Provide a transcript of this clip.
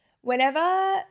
Whenever